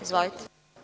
Izvolite.